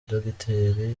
dogiteri